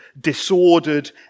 disordered